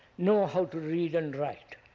know how to read and write.